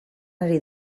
ari